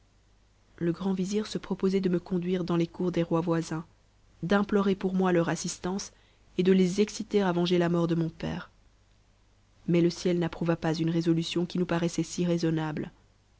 le grand vizir se proposait de me conduire dans les cours des rois voisins d'implorer pour moi leur assistance et de les exciter à venger la mort de mon père mais le ciel n'approuva pas une résolution qui nous paraissait si raisonnable